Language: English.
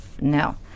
no